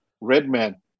Redman